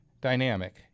dynamic